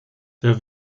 der